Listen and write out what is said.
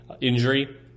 injury